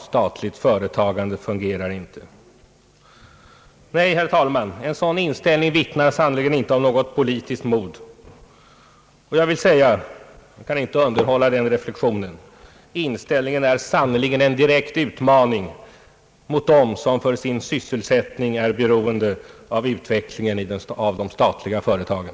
Statligt företag fungerar inte! Nej, herr talman, en sådan inställning vittnar sannerligen inte om något politiskt mod. Jag kan inte underlåta att göra reflexionen att denna inställning sannerligen är en direkt utmaning mot dem som för sin sysselsättning är beroende av utvecklingen i de statliga företagen.